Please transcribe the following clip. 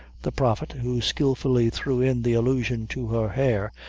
the prophet, who skilfully threw in the allusion to her hair,